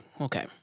okay